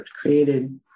created